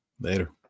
Later